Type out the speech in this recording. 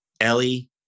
Ellie